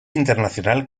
internacional